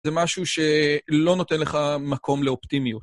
זה משהו שהוא לא נותן לך מקום לאופטימיות.